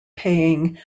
paying